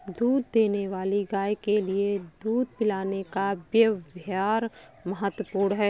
दूध देने वाली गाय के लिए दूध पिलाने का व्यव्हार महत्वपूर्ण है